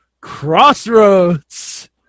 crossroads